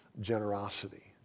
generosity